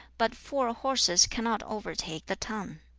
but four horses cannot overtake the tongue.